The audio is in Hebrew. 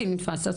זה